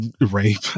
rape